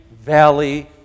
valley